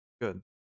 good